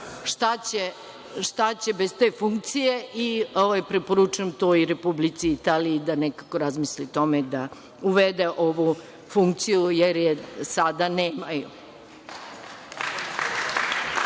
šta će bez te funkcije i preporučujem to i Republici Italiji da nekako razmisli o tome i da uvede ovu funkciju, jer je sada nemaju. Kao